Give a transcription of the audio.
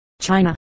China